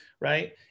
right